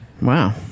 Wow